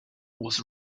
was